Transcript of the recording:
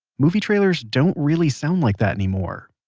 movie trailers don't really sound like that anymore.